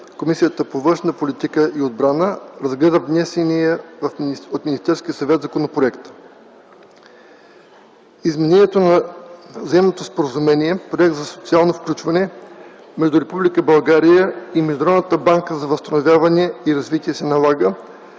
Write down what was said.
Комисията по външна политика и отбрана разгледа внесения от Министерския съвет законопроект. Изменението на Заемното споразумение (Проект за социално включване) между Република България и Международната банка за възстановяване и развитие се налага,